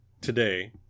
today